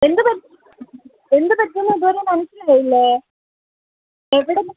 എന്ത് എന്ത് പ്രശ്നമെന്ന് ഇതു വരെയും മനസ്സിലായില്ലേ എവിടെ നിന്ന്